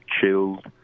chilled